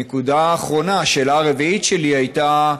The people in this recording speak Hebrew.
נקודה אחרונה, השאלה הרביעית שלי הייתה,